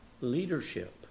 leadership